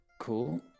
Cool